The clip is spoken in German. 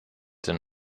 den